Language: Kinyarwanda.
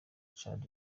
tchad